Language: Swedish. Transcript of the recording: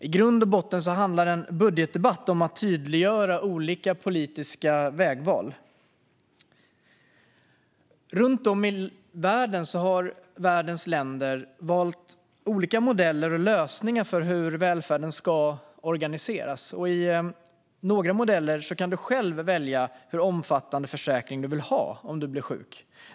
I grund och botten handlar en budgetdebatt om att tydliggöra olika politiska vägval. Runt om i världen har världens länder valt olika modeller och lösningar för hur välfärden ska organiseras. I några modeller kan du själv välja hur omfattande försäkring du vill ha om du blir sjuk.